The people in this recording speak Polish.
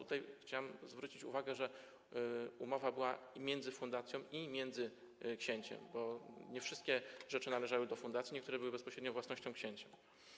Tutaj chciałem zwrócić uwagę, że umowa była zawarta i z fundacją, i z księciem, bo nie wszystkie rzeczy należały do fundacji - niektóre były bezpośrednią własnością księcia.